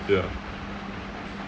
ya